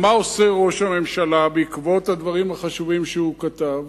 מה עושה ראש הממשלה בעקבות הדברים החשובים שהוא כתב?